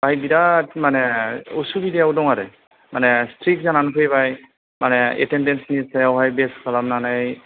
बाहाय बिराद माने उसिबिदायाव दं आरो माने स्थ्रिख जानानै फैबाय माने एथेन्देन्सनि सायावहय बेस खालामनानै